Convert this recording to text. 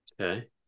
okay